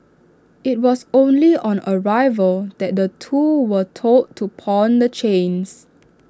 IT was only on arrival that the two were told to pawn the chains